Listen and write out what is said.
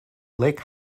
lake